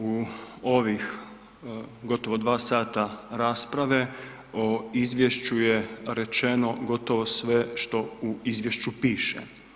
U ovih gotovo 2 sata rasprave o izvješću je rečeno gotovo sve što u izvješću piše.